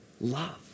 love